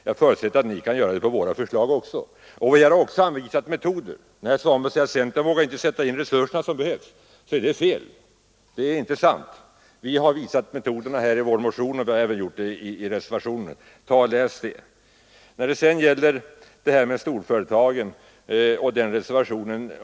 Jag förutsätter att också ni kan göra det med våra förslag. Vi har anvisat metoder för att angripa dessa problem. Herr Svanberg säger att centern inte vågar sätta in de resurser som behövs, men det är inte sant. Vi har i vår motion och i reservationen anvisat verksamma metoder. Läs detta noggrannare, herr Svanberg!